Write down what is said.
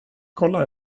kolla